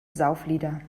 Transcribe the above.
sauflieder